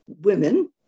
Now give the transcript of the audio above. women